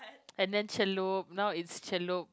and then celup now is celup